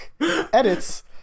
Edits